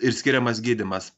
ir skiriamas gydymas